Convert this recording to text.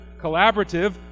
collaborative